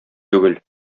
түгел